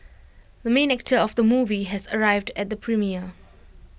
the main actor of the movie has arrived at the premiere